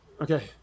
Okay